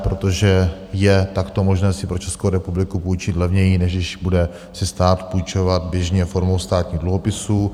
Protože je takto možné si pro Českou republiku půjčit levněji, než když si bude stát půjčovat běžně formou státních dluhopisů.